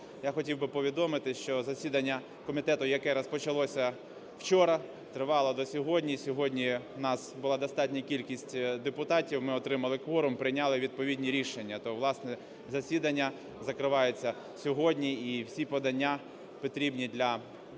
я хотів би повідомити, що засідання комітету, яке розпочалося вчора, тривало до сьогодні. І сьогодні у нас була достатня кількість депутатів, ми отримали кворум і прийняли відповідні рішення. То, власне, засідання закривається сьогодні і всі подання потрібні для того,